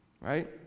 Right